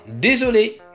désolé